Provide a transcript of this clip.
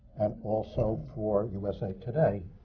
and also for usa today,